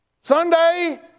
Sunday